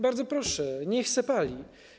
Bardzo proszę, niech se pali.